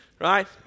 Right